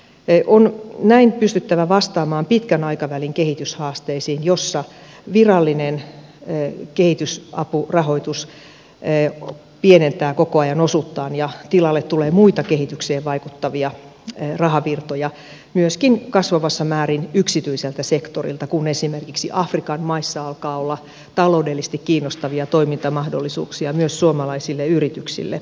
on näin pystyttävä vastaamaan pitkän aikavälin kehityshaasteisiin joissa virallinen kehitysapurahoitus pienentää koko ajan osuuttaan ja tilalle tulee muita kehitykseen vaikuttavia rahavirtoja myöskin kasvavassa määrin yksityiseltä sektorilta kun esimerkiksi afrikan maissa alkaa olla taloudellisesti kiinnostavia toimintamahdollisuuksia myös suomalaisille yrityksille